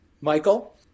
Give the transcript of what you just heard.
Michael